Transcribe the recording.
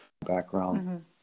background